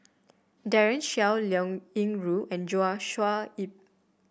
Daren Shiau Liao Yingru and Joshua Ip